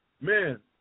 Man